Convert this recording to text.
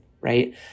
right